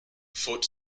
foot